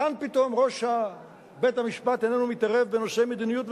כאן פתאום ראש בית-המשפט איננו מתערב בנושא מדיניות,